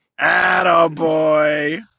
Attaboy